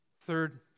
Third